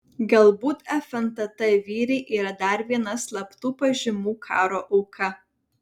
galbūt fntt vyrai yra dar viena slaptų pažymų karo auka